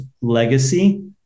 legacy